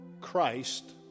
Christ